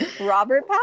Robert